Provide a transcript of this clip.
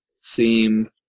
seem